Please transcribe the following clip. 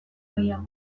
gehiago